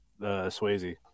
Swayze